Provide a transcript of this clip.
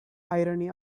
irony